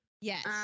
Yes